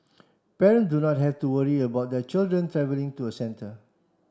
parents do not have to worry about their children travelling to a centre